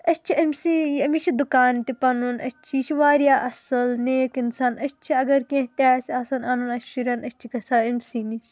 أسۍ چھِ أمسٕے أمِس چھِ دُکان تہِ پنُن أسۍ چھِ یہِ چھِ وارِیاہ اَصٕل نیک اِنسان أسۍ چھِ اگر کیٚنٛہہ تہِ آسہِ آسان اَنُن اَسہِ شُرٮ۪ن أسۍ چھِ گَژھان أمسٕے نِش